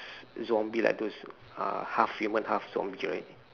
zombie like those uh half human half zombie right